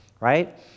right